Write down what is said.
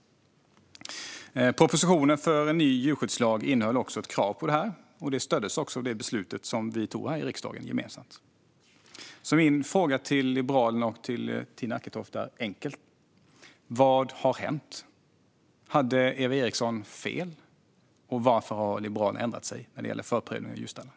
Propositionen om en ny djurskyddslag innehöll också ett krav på detta, och det stöddes av det beslut som vi här i riksdagen tog gemensamt. Mina frågor till Liberalerna och Tina Acketoft är därför enkla: Vad har hänt? Hade Eva Eriksson fel? Varför har Liberalerna ändrat sig när det gäller förprövning av djurstallar?